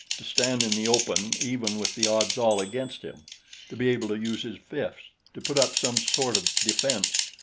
to stand in the open, even with the odds all against him to be able to use his fists, to put up some sort of defense,